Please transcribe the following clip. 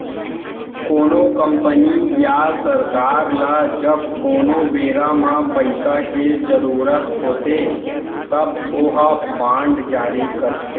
कोनो कंपनी या सरकार ल जब कोनो बेरा म पइसा के जरुरत होथे तब ओहा बांड जारी करथे